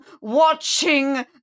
watching